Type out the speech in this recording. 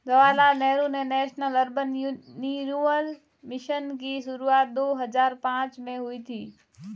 Jawaharlal Nehru national urban renewal mission की शुरुआत दो हज़ार पांच में हुई थी